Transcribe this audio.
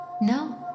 No